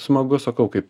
smagu sakau kaip